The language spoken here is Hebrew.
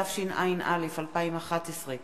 התשע"א 2011,